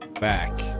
back